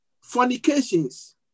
fornications